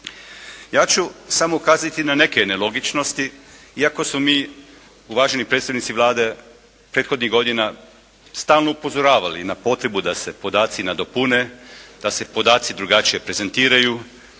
Ja ću samo ukazati na neke nelogičnosti iako su mi uvaženi predstavnici Vlade prethodnih godina stalno upozoravali na potrebu da se podaci nadopune, da se podaci drugačije prezentiraju,